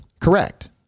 correct